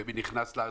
ומי נכנס לארץ,